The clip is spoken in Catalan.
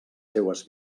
seues